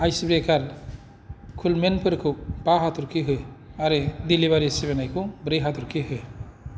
ice ब्रेकार कुलमिन्टफोरखौ बा हाथरखि हो आरो डिलिबारि सिबिनायखौ ब्रै हाथरखि हो